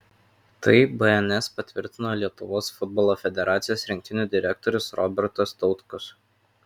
tai bns patvirtino lietuvos futbolo federacijos rinktinių direktorius robertas tautkus